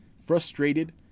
frustrated